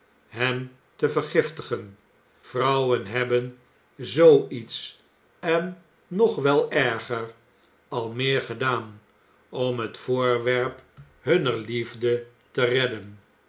hem te vergiftigen vrouwen hebben zoo iets en nog wel erger al meer gedaan om het voorwerp hunner liefde te redden